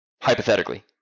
Hypothetically